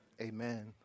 Amen